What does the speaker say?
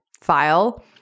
file